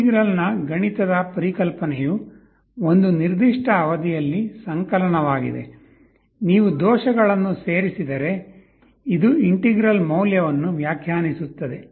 integral ನ ಗಣಿತದ ಪರಿಕಲ್ಪನೆಯು ಒಂದು ನಿರ್ದಿಷ್ಟ ಅವಧಿಯಲ್ಲಿ ಸಂಕಲನವಾಗಿದೆ ನೀವು ದೋಷಗಳನ್ನು ಸೇರಿಸಿದರೆ ಇದು ಇಂಟಿಗ್ರಲ್ ಮೌಲ್ಯವನ್ನು ವ್ಯಾಖ್ಯಾನಿಸುತ್ತದೆ